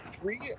Three